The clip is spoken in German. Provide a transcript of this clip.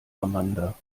amanda